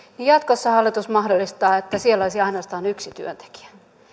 jatkossa hallitus mahdollistaa että siellä olisi ainoastaan yksi työntekijä